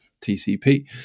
TCP